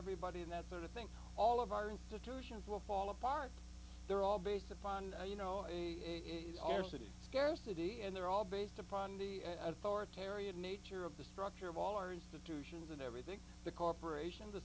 everybody and that sort of thing all of our institutions will fall apart they're all based upon you know a is our city scarcity and they're all based upon the authoritarian nature of the structure of all our institutions and everything the corporation